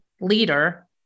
leader